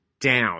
down